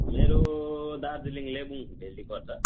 मेरो दार्जिलिङ लेबोङ भेली पर्छ